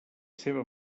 seva